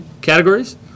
categories